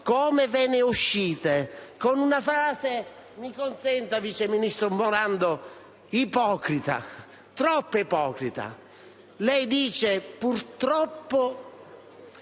come rispondete? Con una frase, mi consenta, vice ministro Morando, ipocrita, troppo ipocrita. Lei dice: purtroppo,